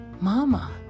Mama